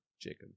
Jacob